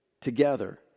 together